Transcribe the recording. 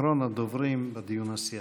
אחרון הדוברים בדיון הסיעתי.